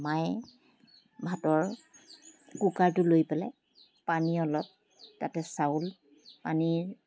মায়ে ভাতৰ কুকাৰটো লৈ পেলাই পানী অলপ তাতে চাউল পানীৰ